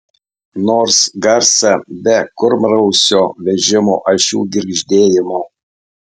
nors garsą be kurmrausio vežimo ašių girgždėjimo